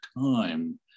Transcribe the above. time